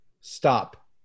Stop